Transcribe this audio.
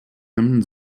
hemden